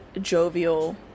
jovial